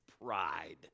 pride